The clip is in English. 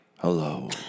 Hello